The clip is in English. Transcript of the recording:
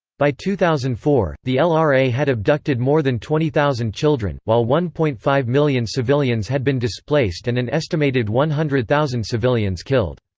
by two thousand and four, the lra had abducted more than twenty thousand children, while one point five million civilians had been displaced and an estimated one hundred thousand civilians killed.